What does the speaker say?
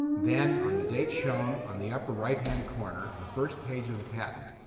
then, on the date shown on the upper right-hand corner of the first page of the patent,